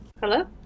hello